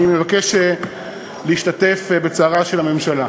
אני מבקש להשתתף בצערה של המשפחה.